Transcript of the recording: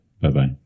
Bye-bye